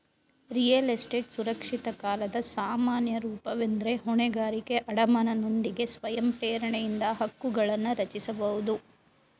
real estate ಸುರಕ್ಷಿತ ಕಾಲದ ಸಾಮಾನ್ಯ ರೂಪವೆಂದ್ರೆ ಹೊಣೆಗಾರಿಕೆ ಅಡಮಾನನೊಂದಿಗೆ ಸ್ವಯಂ ಪ್ರೇರಣೆಯಿಂದ ಹಕ್ಕುಗಳನ್ನರಚಿಸಬಹುದು